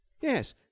Yes